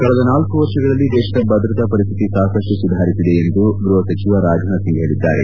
ಕಳೆದ ನಾಲ್ಕು ವರ್ಷಗಳಲ್ಲಿ ದೇಶದ ಭದ್ರತಾ ಪರಿಸ್ಟಿತಿ ಸಾಕಷ್ಟು ಸುಧಾರಿಸಿದೆ ಎಂದು ಗೃಹ ಸಚಿವ ರಾಜನಾಥ್ ಸಿಂಗ್ ಹೇಳಿದ್ದಾರೆ